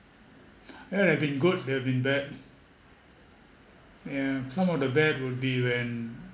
there have been good there have been bad yeah some of the bad would be when